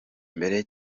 mbere